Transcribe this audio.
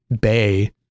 bay